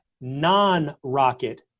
non-Rocket